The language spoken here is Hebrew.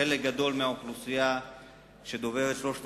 חלק גדול מהאוכלוסייה שדוברת אחת משלוש השפות,